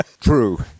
True